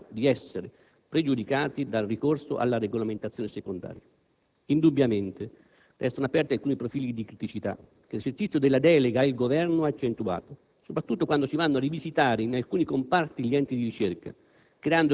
rischiavano di essere pregiudicate dal ricorso alla regolamentazione secondaria. Indubbiamente restano aperti alcuni profili di criticità che l'esercizio della delega al Governo ha accentuato, soprattutto quando si vanno a rivisitare in alcun comparti gli enti di ricerca,